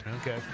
Okay